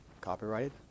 copyrighted